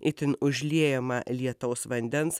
itin užliejama lietaus vandens